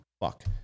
Fuck